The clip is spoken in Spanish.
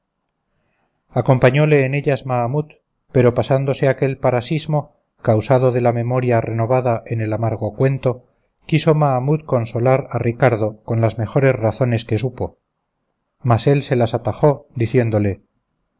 acompañóle en ellas mahamut pero pasándose aquel parasismo causado de la memoria renovada en el amargo cuento quiso mahamut consolar a ricardo con las mejores razones que supo mas él se las atajó diciéndole